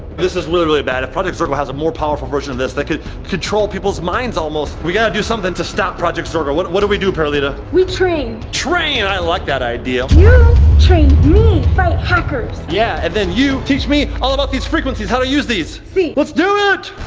this is really, really bad. if project zorgo has a more powerful version of this they could control people's minds almost. we got to do something to stop project zorgo. what what do we do perlita? we train. train! i like that idea. you train me to fight hackers. yeah, and then you teach me all about these frequencies, how they use these. si. let's do it!